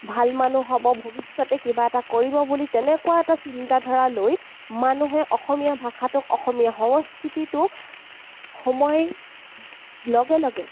ভাল মানুহ হ'ব ভৱিষ্যতে কিবা এটা কৰিব বুলি তেনেকুৱা এটা চিন্তা ধাৰা লৈ মানুহে অসমীয়া ভাষাটোক অসমীয়া সংস্কৃতিটোক সময় লগে লগে